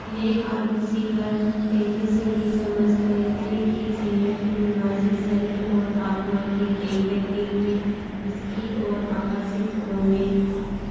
ले कॉर्बूसियर पहले से ही समझ गये थे कि शहर के निवासी शरीर और आत्मा की देख रेख के लिए इसकी ओर आकर्षित होंगे